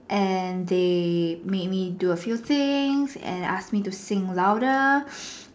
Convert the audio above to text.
and they made me do a few things and ask me to sing louder